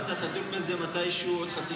אתה תדון בזה מתישהו עוד חצי שנה.